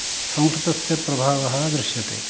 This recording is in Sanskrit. संस्कृतस्य प्रभावः दृश्यते